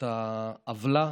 את העוולה,